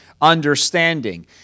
understanding